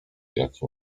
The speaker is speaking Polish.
jaki